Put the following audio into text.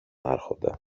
άρχοντα